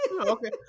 okay